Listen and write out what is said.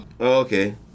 Okay